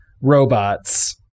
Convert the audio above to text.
robots